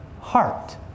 heart